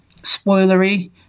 spoilery